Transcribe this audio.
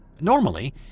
Normally